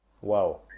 Wow